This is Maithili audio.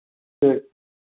ठीक